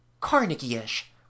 Carnegie-ish